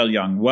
Young